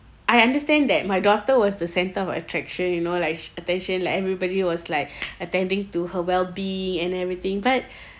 I understand that my daughter was the centre of attraction you know sh~ attention like everybody was like attending to her well-being and everything but